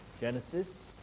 Genesis